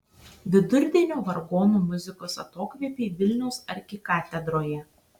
vidurdienio vargonų muzikos atokvėpiai vilniaus arkikatedroje